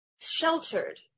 sheltered